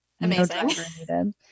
Amazing